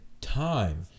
time